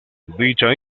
dicha